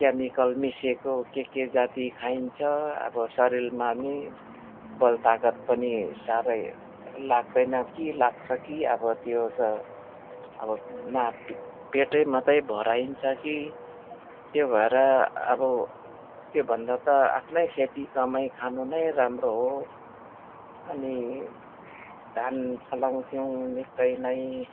chemical मिसिएको के के जाति खाइन्छ अब शरीरमा नि बल तागत पनि साह्रै लाग्दैन कि लाग्छ कि अब त्यो त अब न पेटै मात्रै भराइन्छ कि त्यो भएर अब त्यो भन्दा त आफ्नै खेती कमाइ खानु नै राम्रो हो अनि धान फलाउँथ्यौँ निकै नै